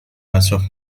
اطراف